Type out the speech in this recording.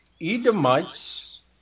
Edomites